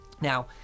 Now